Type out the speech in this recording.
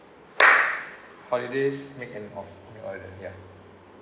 holidays make an order ya